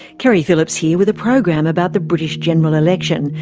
keri phillips here with a program about the british general election,